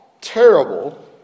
Terrible